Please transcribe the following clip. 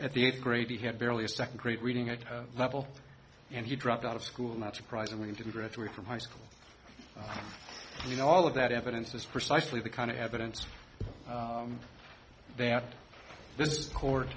at the eighth grade he had barely a second grade reading at a level and he dropped out of school not surprisingly to graduate from high school you know all of that evidence is precisely the kind of evidence that this